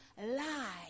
lie